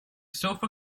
sofa